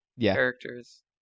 characters